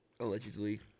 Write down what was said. Allegedly